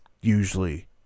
usually